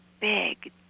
big